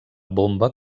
bomba